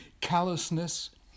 Callousness